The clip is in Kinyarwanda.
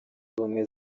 ubumwe